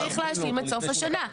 משפטית, שצריך להשלים עד סוף השנה.